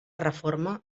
reforma